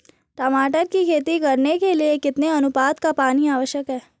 टमाटर की खेती करने के लिए कितने अनुपात का पानी आवश्यक है?